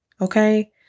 okay